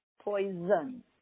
poison